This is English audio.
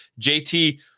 JT